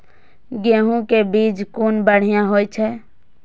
गैहू कै बीज कुन बढ़िया होय छै?